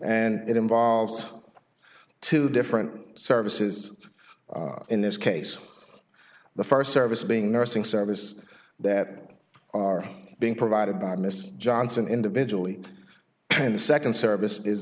and it involves two different services in this case the first service being nursing services that are being provided by mrs johnson individually and the second service is